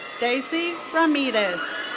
daisy ramirez.